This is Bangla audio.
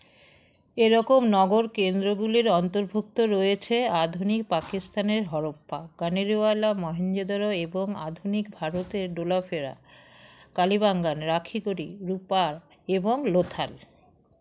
এরকম নগর কেন্দ্রগুলির অন্তর্ভুক্ত রয়েছে আধুনিক পাকিস্তানের হরপ্পা কানেরওয়ালা মহঞ্জদারো এবং আধুনিক ভারতের ডোলাফেরা কালীবাঙ্গান কারিগরি রূপার এবং লোথাল